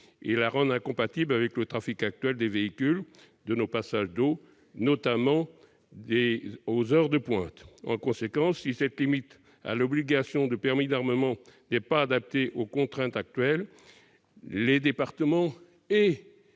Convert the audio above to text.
de la rendre incompatible avec le trafic actuel des véhicules de nos passages d'eau, notamment aux heures de pointe. En conséquence, si cette limite à l'obligation de permis d'armement n'est pas adaptée aux contraintes actuelles, les départements et